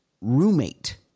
roommate